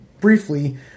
briefly